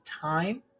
time